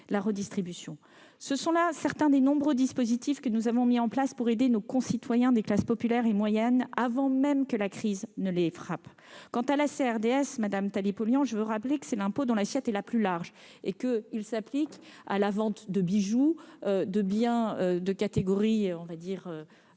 la redistribution, et ce ne sont là que certains des nombreux dispositifs mis en place pour aider nos concitoyens des classes populaires et moyennes, avant même que la crise ne les frappe. Quant à la CRDS, madame Taillé-Polian, je veux rappeler que c'est l'impôt dont l'assiette est la plus large, puisqu'il s'applique aussi à la vente de bijoux ou de yachts. Utiliser